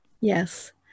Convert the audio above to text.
Yes